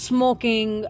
Smoking